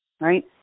right